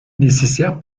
nécessaire